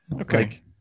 Okay